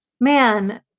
man